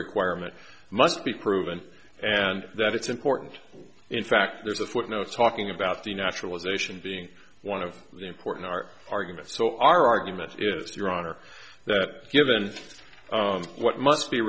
requirement must be proven and that it's important in fact there's a footnote talking about the naturalization being one of the important our arguments so our argument is drawn or that given what must be